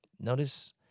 Notice